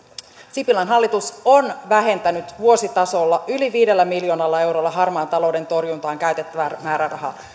sipilän hallitus on vähentänyt vuositasolla yli viidellä miljoonalla eurolla harmaan talouden torjuntaan käytettävää määrärahaa